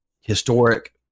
historic